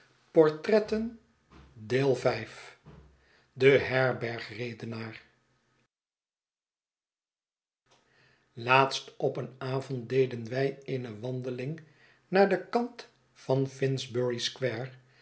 de herbero redenaar laatst op een avond deden wij eene wandeling naar den kant van